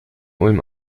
ulm